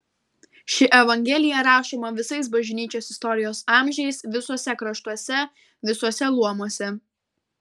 ši evangelija rašoma visais bažnyčios istorijos amžiais visuose kraštuose visuose luomuose